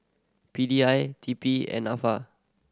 P D I T P and Nafa